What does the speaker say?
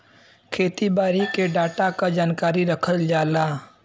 खेती बारी के डाटा क जानकारी रखल जाला